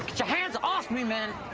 your hands off me, man.